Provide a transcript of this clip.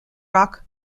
rock